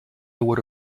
would